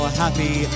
happy